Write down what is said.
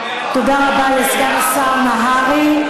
תודה רבה לסגן השר נהרי.